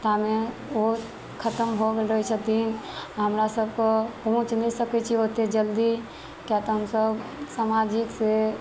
तामे ओ खत्म भऽ गेल रहै छथिन हमरा सभके पहुँच नहि सकैत छी ओते जल्दी किए तऽ हमसभ सामाजिक से